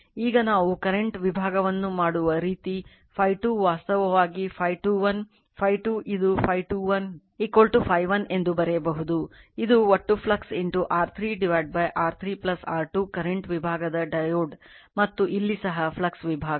ಈಗ ನಾವು ಕರೆಂಟ್ ವಿಭಾಗವನ್ನು ಮಾಡುವ ರೀತಿ Φ2 ವಾಸ್ತವವಾಗಿ Φ2 1 Φ2 ಇದು Φ2 1 Φ1 ಎಂದು ಬರೆಯಬಹುದು ಇದು ಒಟ್ಟು flux R3 R3 R2 current ವಿಭಾಗದ ಡಯೋಡ್ ಮತ್ತು ಇಲ್ಲಿ ಸಹ ಫ್ಲಕ್ಸ್ ವಿಭಾಗ